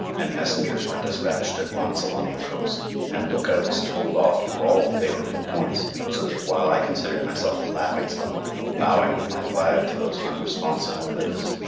and messengers were despatched at once along the coast, and lookouts told off to all the favorable points, so that while i considered myself a laughing-stock, bowing with my flag to those unresponsive cliffs,